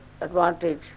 advantage